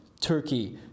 Turkey